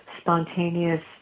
spontaneous